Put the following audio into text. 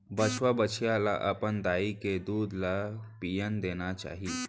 बछवा, बछिया ल अपन दाई के दूद ल पियन देना चाही